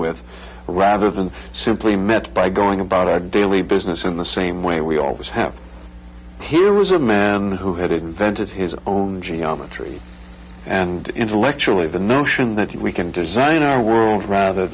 with rather than simply meant by going about our daily business in the same way we always have here was a man who had invented his own geometry and intellectual with the notion that we can design our world rather